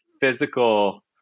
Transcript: physical